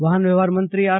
વાહન વ્યવહાર મંત્રી આર